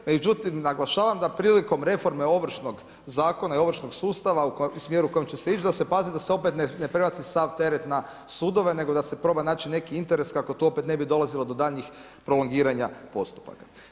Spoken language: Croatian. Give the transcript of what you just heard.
Međutim, naglašavam, da prilikom reforme Ovršnog zakona i ovršnog sustava u smjeru kojem će se ići da se pazi da se opet ne prebaci sav teret na sudove, nego da se proba naći neki interes kako tu opet ne bi dolazilo do daljnjih prolongiranja postupaka.